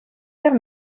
père